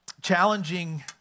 challenging